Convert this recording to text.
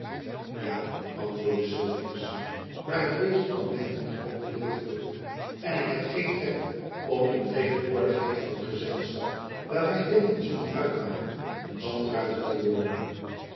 ja antwoordde sylvius maar het beest kwam my wat al te wild voor en ik heb geen trek om in tegenwoordigheid van het gezelschap waar wy deel van zullen uitmaken een zandruiter te worden